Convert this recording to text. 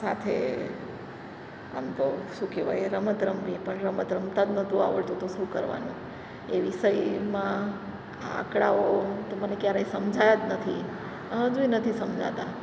સાથે આમ તો શું કહેવાય રમત રમવી પણ રમત રમતા જ નહોતું આવડતું તો શું કરવાનું એ વિષયમાં આંકડાઓ તો મને ક્યારેય સમજાયા જ નથી હજુય નથી સમજાતા